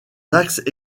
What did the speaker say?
axes